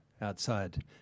outside